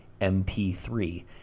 MP3